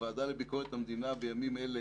הוועדה לביקורת המדינה, בימים אלה